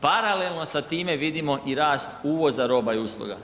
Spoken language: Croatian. Paralelno sa time vidimo i rast uvoza roba i usluga.